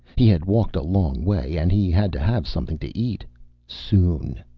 he had walked a long way. and he had to have something to eat soon.